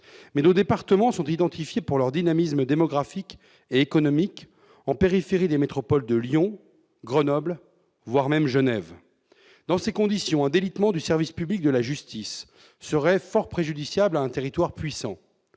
dit, nos départements sont identifiés pour leur dynamisme démographique et économique, en périphérie des métropoles de Lyon, de Grenoble, voire de Genève. Dans ces conditions, un délitement du service public de la justice serait fort préjudiciable à un territoire puissant.